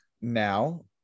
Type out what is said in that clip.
Now